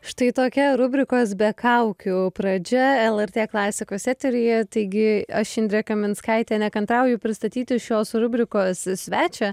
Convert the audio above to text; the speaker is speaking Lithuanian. štai tokia rubrikos be kaukių pradžia lrt klasikos eteryje taigi aš indrė kaminskaitė nekantrauju pristatyti šios rubrikos svečią